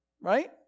right